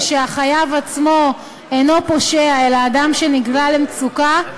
וכן שהחייב עצמו אינו פושע אלא אדם שנקלע למצוקה.